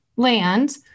land